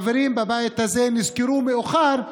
חברים בבית הזה נזכרו מאוחר,